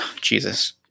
Jesus